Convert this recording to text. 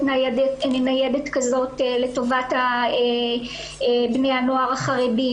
ניידת כזאת לטובת בני הנוער החרדים.